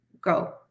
go